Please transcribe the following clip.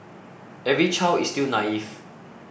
every child is still naive